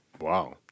Wow